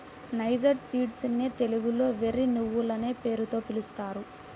niger seeds నే తెలుగులో వెర్రి నువ్వులనే పేరుతో పిలుస్తారు